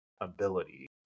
ability